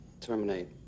terminate